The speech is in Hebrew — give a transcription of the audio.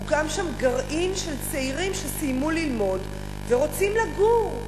הוקם שם גרעין של צעירים שסיימו ללמוד ורוצים לגור.